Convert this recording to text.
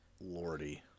Lordy